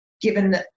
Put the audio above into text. given